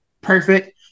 perfect